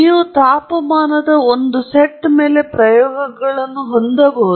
ನೀವು ತಾಪಮಾನದ ಒಂದು ಸೆಟ್ ಮೇಲೆ ಪ್ರಯೋಗಗಳನ್ನು ಹೊಂದಬಹುದು